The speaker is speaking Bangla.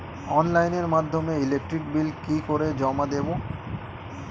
অনলাইনের মাধ্যমে ইলেকট্রিক বিল কি করে জমা দেবো?